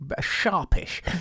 sharpish